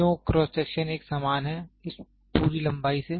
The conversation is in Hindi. तो क्यों क्रॉस सेक्शन एक समान है इस पूरी लंबाई से